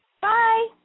Bye